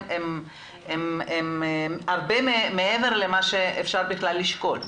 הן הרבה מעבר למה שבכלל אפשר לשקול.